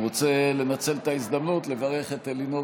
אני רוצה לנצל את ההזדמנות לברך את אלינור